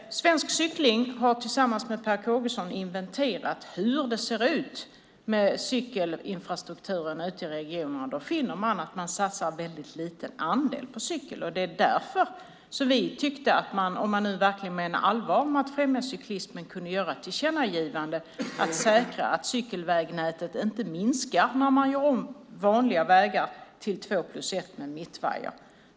Svensk Cykling har tillsammans med Per Kågeson inventerat hur det ser ut med cykelinfrastrukturen ute i regionerna. Det visar sig att man satsar en väldigt liten andel på cykel. Därför tycker vi att om man verkligen menar allvar med att främja cyklismen kunde man göra ett tillkännagivande om att säkra cykelvägnätet, så att det inte minskar när vanliga vägar görs om till två-plus-ett-vägar med mittvajer.